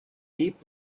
deep